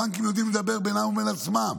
הבנקים יודעים לדבר בינם לבין עצמם.